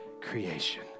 creation